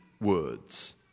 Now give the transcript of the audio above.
words